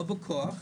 לא בכוח,